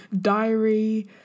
diary